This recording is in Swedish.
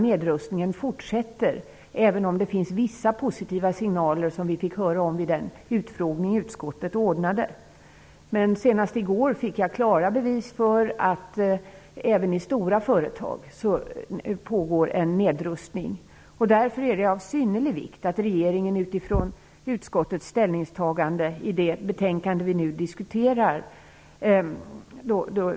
Nedrustningen fortsätter, även om vi fick vissa positiva signaler vid den utfrågning som utskottet ordnade. Men senast i går fick jag klara bevis för att nedrustning pågår även i stora företag. Därför är det av synnerlig vikt att regeringen beaktar utskottets ställningstagande i det betänkande som vi nu diskuterar.